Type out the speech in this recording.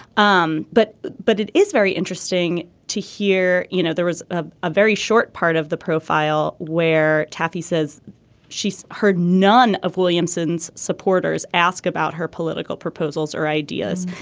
um but but it is very interesting to hear you know there was a ah very short part of the profile where taffy says she's heard none of williamson's supporters ask about her political proposals or ideas.